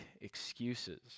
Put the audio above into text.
excuses